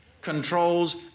controls